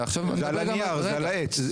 זה על הנייר, זה על העץ.